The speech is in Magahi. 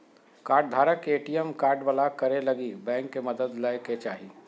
कार्डधारक के ए.टी.एम कार्ड ब्लाक करे लगी बैंक के मदद लय के चाही